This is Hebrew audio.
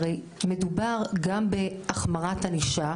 הרי מדובר גם בהחמרת ענישה,